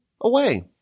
away